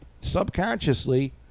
subconsciously